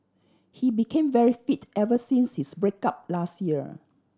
he became very fit ever since his break up last year